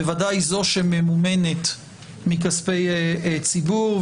בוודאי זאת שממומנת מכספי ציבור.